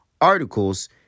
articles